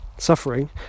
suffering